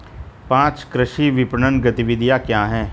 पाँच कृषि विपणन गतिविधियाँ क्या हैं?